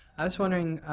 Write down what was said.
i was wondering,